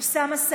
אוסאמה סעדי,